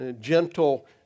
gentle